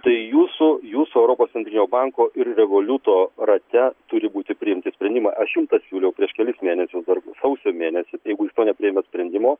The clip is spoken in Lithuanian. tai jūsų jūsų europos centrinio banko ir revoliuto rate turi būti priimti sprendimai aš jum tą siūliau prieš kelis mėnesius dar bus sausio mėnesį tai jeigu jūs to nepriėmėt sprendimo